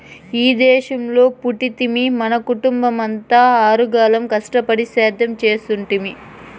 ఈ దేశంలో పుట్టితిమి మన కుటుంబమంతా ఆరుగాలం కష్టపడి సేద్యం చేస్తుంటిమి